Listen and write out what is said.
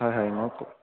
হয় হয় মোক